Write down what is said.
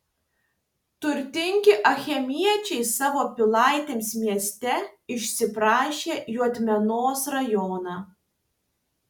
turtingi achemiečiai savo pilaitėms mieste išsiprašė juodmenos rajoną